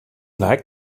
like